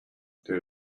there